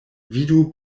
vidu